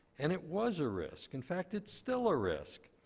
and it was a risk. in fact, it's still a risk.